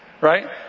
Right